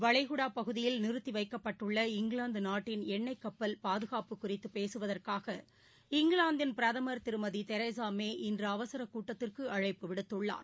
வளைகுடா பகுதியில் நிறுத்திவைக்கப்பட்டுள்ள இங்கிலாந்து நாட்டின் எண்ணொய் கப்பல் பாதுகாப்பு குறித்து பேசுவதற்காக இங்கிலாந்தின் பிரதமர் திருமதி தெரசா மே இன்று அவசரக் கூட்டத்திற்கு அழைப்பு விடுத்துள்ளார்